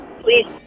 please